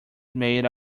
made